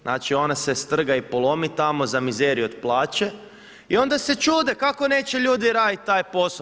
Znači ona se strga i polomi tamo za mizeriju od plaće i onda se čude kako neće ljudi raditi taj posao.